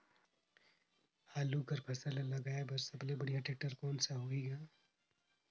आलू कर फसल ल लगाय बर सबले बढ़िया टेक्टर कोन सा होही ग?